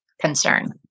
concern